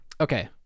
okay